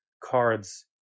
cards